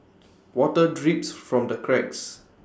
water drips from the cracks